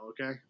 okay